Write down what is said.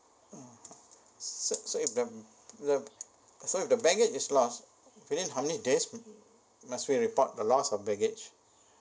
hmm so so if the the so if the baggage is lost within how many days must be report the loss of baggage